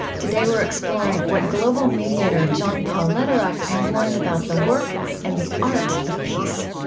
today, we're exploring what global mediator john paul lederach has learned about the work and the art of peace.